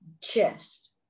chest